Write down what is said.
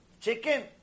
chicken